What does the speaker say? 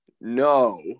No